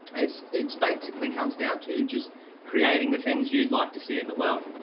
it's it's basically comes down to just creating the things you'd like to see in the world.